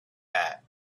back